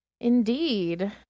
Indeed